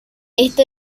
este